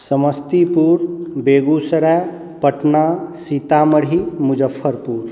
Samastipur Begusarai Patna Sitamarhi Muzaffarpur